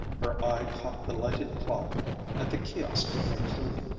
her eye caught the lighted clock at the kiosk near cluny.